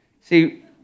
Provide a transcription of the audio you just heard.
See